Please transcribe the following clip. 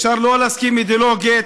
אפשר לא להסכים אידיאולוגית,